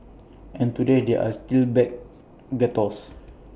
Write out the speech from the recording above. and today there are still black ghettos